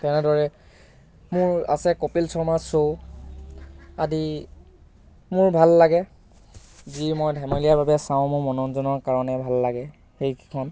তেনেদৰে মোৰ আছে কপিল শৰ্মা শ্ব' আদি মোৰ ভাল লাগে যি মই ধেমেলীয়াভাৱে চাওঁ মোৰ মনোৰঞ্জনৰ কাৰণে ভাল লাগে সেইকেইখন